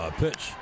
pitch